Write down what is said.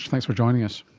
thanks for joining us.